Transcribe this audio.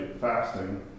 fasting